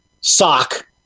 sock